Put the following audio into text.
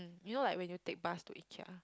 you know like when you take bus to Ikea